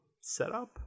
setup